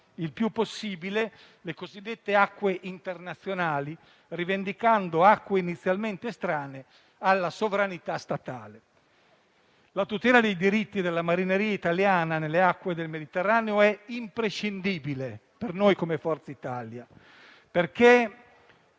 il più possibile le cosiddette acque internazionali, rivendicando acque inizialmente estranee alla sovranità statale. La tutela dei diritti della marineria italiana nelle acque del Mediterraneo è imprescindibile per noi di Forza Italia: